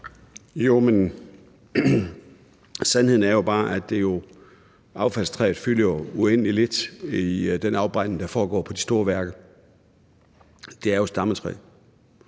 Jo, men sandheden er jo bare, at affaldstræ fylder uendelig lidt i den afbrænding, der foregår på de store værker – det er jo stammetræ,